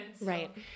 Right